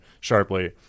sharply